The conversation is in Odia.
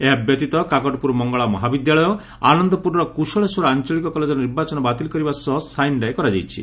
ଏହା ବ୍ୟତୀତ କାକଟପୁର ମଙ୍ଗଳା ମହାବିଦ୍ୟାଳୟ ଆନନ୍ଦପୁରର କୁଶଳେଶ୍ୱର ଆଞଳିକ କଲେଜର ନିର୍ବାଚନ ବାତିଲ କରିବା ସହ ସାଇନ୍ଡାଏ କରାଯାଇଛି